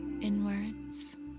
inwards